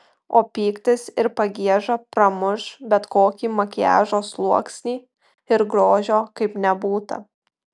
o pyktis ir pagieža pramuš bet kokį makiažo sluoksnį ir grožio kaip nebūta